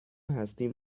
هستیم